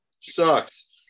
sucks